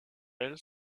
elles